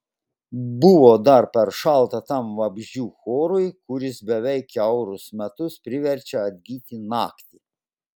buvo dar per šalta tam vabzdžių chorui kuris beveik kiaurus metus priverčia atgyti naktį